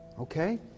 Okay